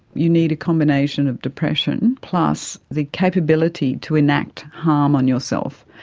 you need a combination of depression plus the capability to enact harm on yourself.